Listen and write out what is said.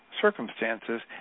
circumstances